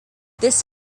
this